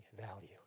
value